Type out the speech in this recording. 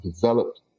developed